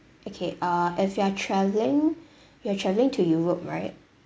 okay uh if you are travelling you're travelling to europe right